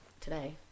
today